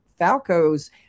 falcos